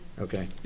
Okay